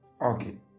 Okay